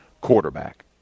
quarterback